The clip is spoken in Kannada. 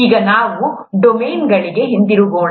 ಈಗ ನಾವು ಡೊಮೇನ್ಗಳಿಗೆ ಹಿಂತಿರುಗೋಣ